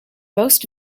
most